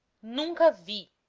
nunca vi,